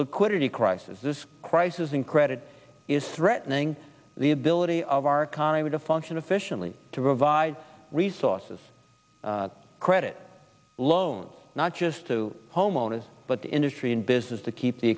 liquidity crisis this crisis in credit is threatening the ability of our economy to function officially to provide resources credit loans not just to homeowners but the industry in business to keep the